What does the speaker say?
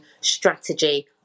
strategy